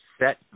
Set